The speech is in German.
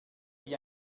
wie